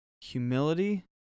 humility